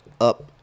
up